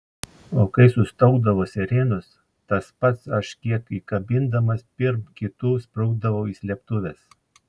o kai sustaugdavo sirenos tas pats aš kiek įkabindamas pirm kitų sprukdavau į slėptuves